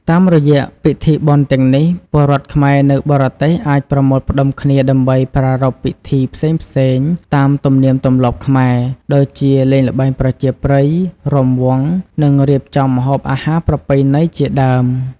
តាមរយៈពិធីបុណ្យទាំងនេះ ពលរដ្ឋខ្មែរនៅបរទេសអាចប្រមូលផ្តុំគ្នាដើម្បីប្រារព្ធពិធីផ្សេងៗតាមទំនៀមទម្លាប់ខ្មែរ ដូចជាលេងល្បែងប្រជាប្រិយ, រាំវង់, និងរៀបចំម្ហូបអាហារប្រពៃណីជាដើម។